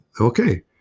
Okay